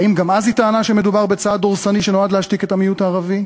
האם גם אז היא טענה שמדובר בצעד דורסני שנועד להשתיק את המיעוט הערבי?